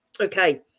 Okay